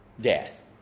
death